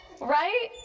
right